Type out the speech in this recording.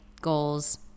goals